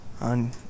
on